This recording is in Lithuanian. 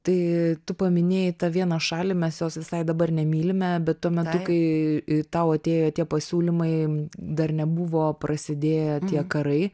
tai tu paminėjai tą vieną šalį mes jos visai dabar nemylime bet tuo metu kai tau atėjo tie pasiūlymai dar nebuvo prasidėję tie karai